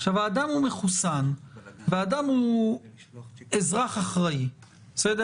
הוא מחוסן והוא אזרח אחראי אז,